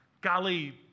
golly